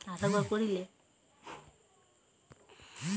কাঠেরলে বহুত গুলান পদাথ্থ গুলাবলী আছে যেমল দিঢ়তা শক্ত থ্যাকে